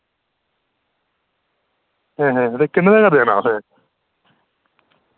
ते किन्ने दा करी देना असें